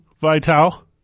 Vital